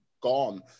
gone